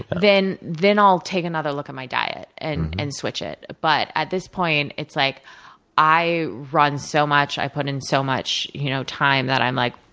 then then i'll take another look at my diet and and switch it. mm-hmm. but, at this point, it's like i run so much, i put in so much you know time that i'm like,